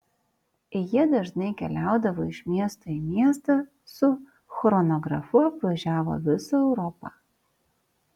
jie dažnai keliaudavo iš miesto į miestą su chronografu apvažiavo visą europą